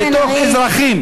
של טון לתוך אזרחים,